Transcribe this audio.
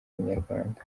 inyarwanda